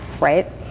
right